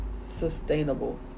sustainable